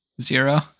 Zero